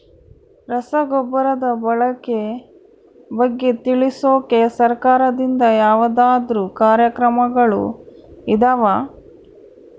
ರಸಗೊಬ್ಬರದ ಬಳಕೆ ಬಗ್ಗೆ ತಿಳಿಸೊಕೆ ಸರಕಾರದಿಂದ ಯಾವದಾದ್ರು ಕಾರ್ಯಕ್ರಮಗಳು ಇದಾವ?